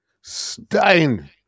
Stein